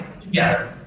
together